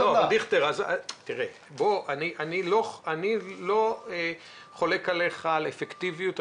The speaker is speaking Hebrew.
אני לא חולק עליך על האפקטיביות,